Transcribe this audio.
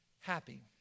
happy